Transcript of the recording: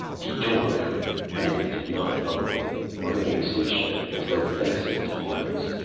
he tore out of it, and it did not follow him, remaining stationary as though fastened to the ice.